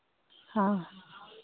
हाँ